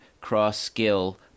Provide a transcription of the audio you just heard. cross-skill